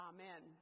Amen